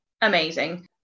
amazing